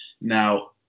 Now